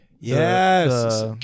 Yes